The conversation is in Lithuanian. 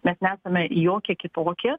mes nesame jokie kitokie